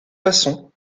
façon